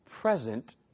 present